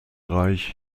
reich